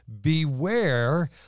beware